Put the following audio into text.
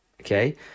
Okay